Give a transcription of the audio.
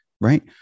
right